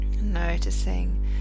Noticing